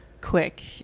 quick